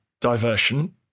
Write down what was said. diversion